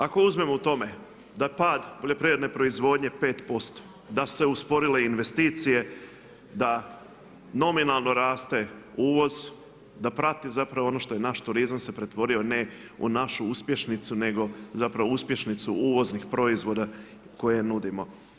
Ako uzmemo u tome da pad poljoprivredne proizvodnje 5%, da su se usporile investicije, da nominalno raste uvoz, da prati zapravo ono što je naš turizam se pretvorio ne u našu uspješnicu, nego zapravo uspješnicu uvoznih proizvoda koje nudimo.